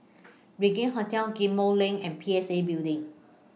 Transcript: Regin Hotel Ghim Moh LINK and P S A Building